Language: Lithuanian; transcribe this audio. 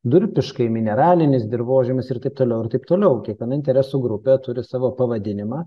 durpiškai mineralinis dirvožemis ir taip toliau ir taip toliau kiekviena interesų grupė turi savo pavadinimą